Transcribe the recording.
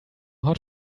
hot